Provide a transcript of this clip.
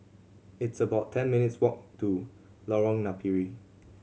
it's about ten minutes' walk to Lorong Napiri